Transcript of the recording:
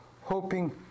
hoping